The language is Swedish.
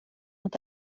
inte